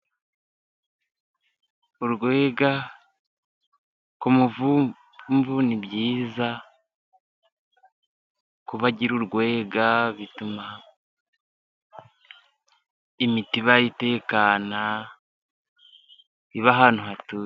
Urwega ku muvumvu ni byiza kuba agira urwega bituma imitiba ye itekana iba ahantu hatuje.